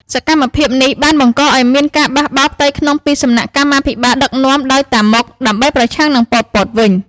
សកម្មភាពនេះបានបង្កឱ្យមានការបះបោរផ្ទៃក្នុងពីសំណាក់កម្មាភិបាលដឹកនាំដោយ តាម៉ុក ដើម្បីប្រឆាំងនឹងប៉ុល ពត វិញ។